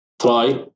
try